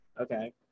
okay